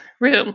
room